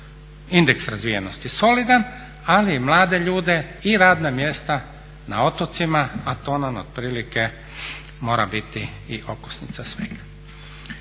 indeks razvijenosti solidan ali i mlade ljude i radna mjesta na otocima, a to nam otprilike mora biti i okosnica svega.